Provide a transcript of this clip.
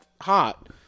hot –